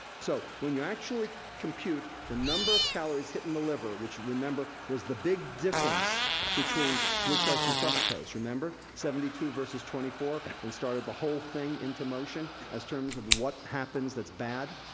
so, when you actually compute the number of calories hitting the liver, which remember was the big difference between glucose and fructose, remember? seventy two versus twenty four and started the whole thing into motion as term of what happens that's bad.